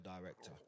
director